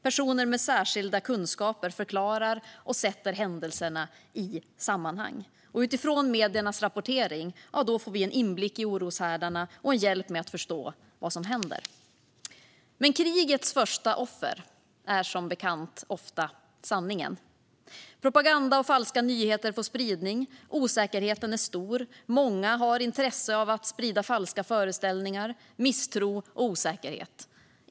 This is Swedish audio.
Personer med särskilda kunskaper förklarar och sätter händelserna i sammanhang. Utifrån mediernas rapportering får vi en inblick i oroshärdarna och en hjälp med att förstå vad som händer. Men krigets första offer är som bekant ofta sanningen. Propaganda och falska nyheter får spridning. Osäkerheten är stor. Många har intresse av att sprida falska föreställningar, misstro och osäkerhet.